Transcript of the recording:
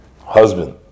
husband